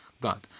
God